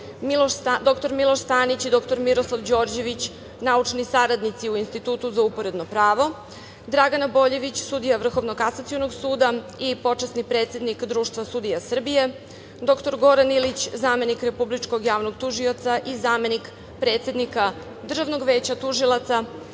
dr Miloš Stanić i dr Miroslav Đorđević, naučni saradnici u Institutu za uporedno pravo, Dragana Boljević, sudija Vrhovnog kasacionog suda i počasni predsednik Društva sudija Srbije, dr Goran Ilić, zamenik republičkog javnog tužioca i zamenik predsednika Državnog veća tužilaca,